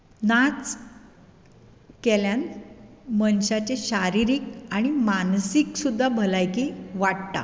नाच केल्ल्यान मनशाचें शारिरीक आनी मानसीक सुद्दा भलायकी वाडटा